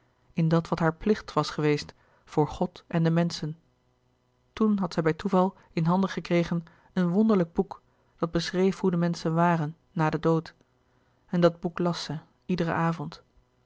in dat wat haar plicht was geweest voor god en de menschen toen had zij bij toeval in handen gekregen een wonderlijk boek dat beschreef hoe de menschen waren na den dood en dat boek las zij iederen avond